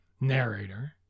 narrator